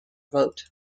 vote